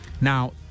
now